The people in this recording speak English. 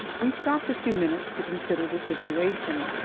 we stopped a few minutes to consider the situation.